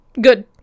Good